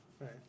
Right